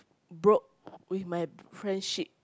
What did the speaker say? broke with my friendship